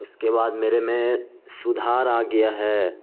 اس کے بعد میرے میں سدھار آ گیا ہے